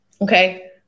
Okay